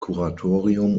kuratorium